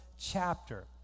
chapter